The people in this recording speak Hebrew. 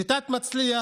שיטת מצליח,